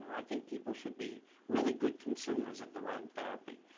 i think people should be really good consumers of their own therapy.